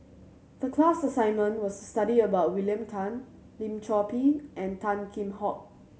the class assignment was to study about William Tan Lim Chor Pee and Tan Kheam Hock